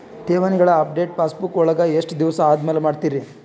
ಠೇವಣಿಗಳ update passbook ವಳಗ ಎಷ್ಟ ದಿವಸ ಆದಮೇಲೆ ಮಾಡ್ತಿರ್?